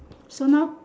so now